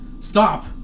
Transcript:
Stop